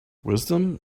wisdom